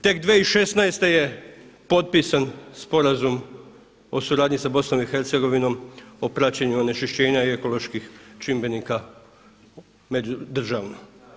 Tek 2016. je potpisan sporazum o suradnji sa BiH o praćenju onečišćenja i ekoloških čimbenika međudržavno.